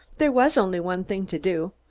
there was only one thing to do,